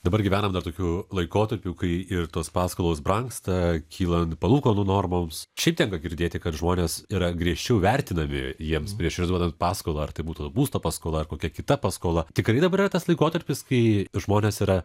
dabar gyvenam dar tokiu laikotarpiu kai ir tos paskolos brangsta kylan palūkanų normoms šiaip tenka girdėti kad žmonės yra griežčiau vertinami jiems prieš išduodant paskolą ar tai būtų būsto paskola ar kokia kita paskola tikrai dabar yra tas laikotarpis kai žmonės yra